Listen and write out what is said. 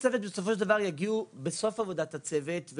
המלצות הצוות בסופו של דבר יגיעו בסוף עבודת הצוות.